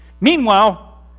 Meanwhile